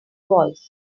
voice